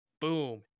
boom